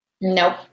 Nope